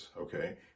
okay